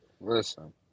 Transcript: Listen